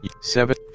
Seven